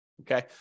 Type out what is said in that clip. Okay